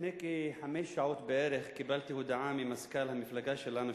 לפני כחמש שעות בערך קיבלתי הודעה ממזכ"ל המפלגה שלנו,